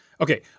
okay